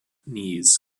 knees